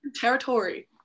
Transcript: territory